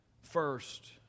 first